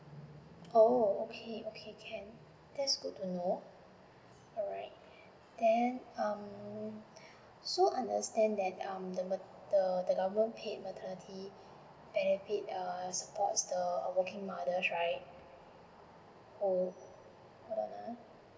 oh okay okay can that's good to know alright then um so understand that um the the the government paid maternity benefits err support the working mothers right or hold on ah